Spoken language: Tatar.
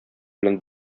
белән